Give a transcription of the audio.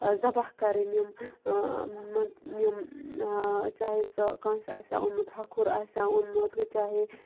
ذبح کَرٕنۍ یِم مان ژٕ یِم چاہے سۄ کٲنٛسہِ آسیٛاہ اوٚنمُت ہَکھُر آسیٛاہ اوٚنمُت چاہے